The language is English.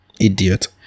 idiot